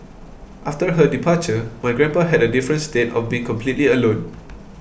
after her departure my grandpa had a different state of being completely alone